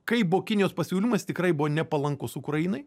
kai buvo kinijos pasiūlymas tikrai buvo nepalankus ukrainai